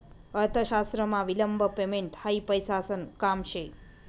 अर्थशास्त्रमा विलंब पेमेंट हायी पैसासन काम शे